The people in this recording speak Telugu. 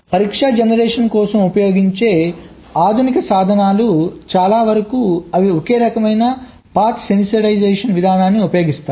పరీక్షా జనరేషన్ కోసం ఉపయోగించే ఆధునిక సాధనాలు చాలావరకు అవి ఒక రకమైన పాత్ సెన్సిటైజేషన్ విధానాన్ని ఉపయోగిస్తాయి